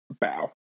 bow